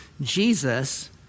Jesus